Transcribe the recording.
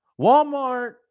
Walmart